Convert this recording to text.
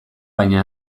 baina